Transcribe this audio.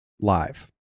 live